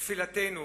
תפילתנו,